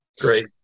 great